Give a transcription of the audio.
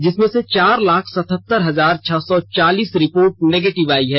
जिसमें से चार लाख सतहतर हजार छह सौ चालीस रिपोर्ट निगेटिव आई है